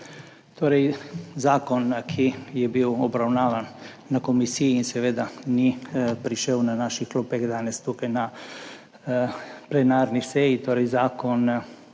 Zakon, ki je bil obravnavan na komisiji in seveda ni prišel na naše klopi danes tukaj na plenarni seji, torej